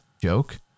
joke